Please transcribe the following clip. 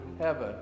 heaven